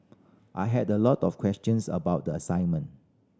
I had a lot of questions about the assignment